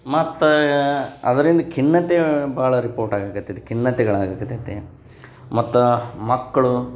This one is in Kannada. ಮತ್ತು ಅದರಿಂದ ಖಿನ್ನತೆ ಭಾಳ ರಿಪೋರ್ಟ್ ಆಗಕ್ಕತ್ತೈತಿ ಖಿನ್ನತೆಗಳು ಆಗಕ್ಕತ್ತೈತಿ ಮತ್ತು ಮಕ್ಕಳು